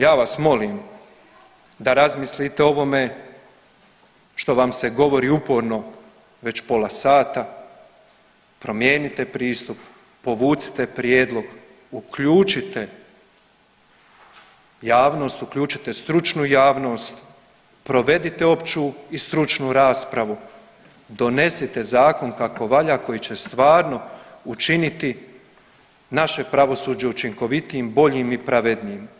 Ja vas molim da razmislite o ovome što vam se govori uporno već pola sada, promijenite pristup, povucite prijedlog, uključite javnost, uključite stručnu javnost, provedite opću i stručnu raspravu, donesite zakon kako valja koji će stvarno učiniti naše pravosuđe učinkovitijim, boljim i pravednijim.